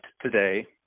today